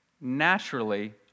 naturally